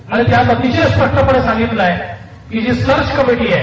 आणि त्यात अतिशय स्पष्टपणे सांगितलय की जी सर्च कमिटी आहे